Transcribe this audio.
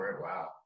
wow